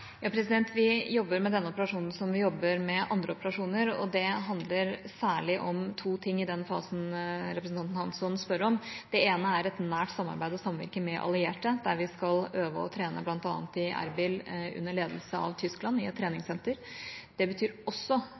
Vi jobber med denne operasjonen som vi jobber med andre operasjoner, og det handler særlig om to ting i den fasen representanten Hansson spør om. Det ene er et nært samarbeid og samvirke med allierte, der vi skal øve og trene bl.a. i Erbil under ledelse av Tyskland i et treningssenter. Det betyr også